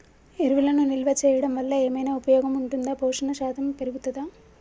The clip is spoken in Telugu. ఎరువులను నిల్వ చేయడం వల్ల ఏమైనా ఉపయోగం ఉంటుందా పోషణ శాతం పెరుగుతదా?